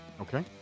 Okay